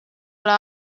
ole